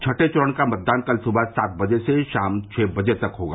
छठें चरण का मतदान कल सुबह सात बजे से शाम छह बजे तक होगा